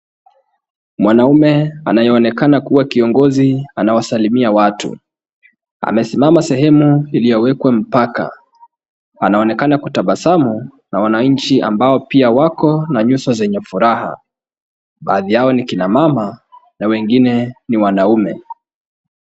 Mwanaume anayeonekana kuwa kiongozi anawasilimia watu. Amesimama sehemu iliyowekwa mpaka. Anaonekana kutabasamu na wananchi ambao pia wako na nyuso zenye furaha. Baadhi yao ni kina mama na wengine ni wanaume.